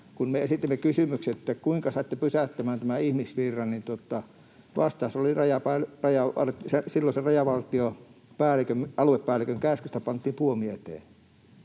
me esitimme kysymyksen, että kuinka saitte pysähtymään tämän ihmisvirran, niin vastaus oli, että rajavartioston silloisen aluepäällikön käskystä pantiin puomi eteen.